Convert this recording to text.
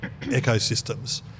ecosystems